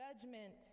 judgment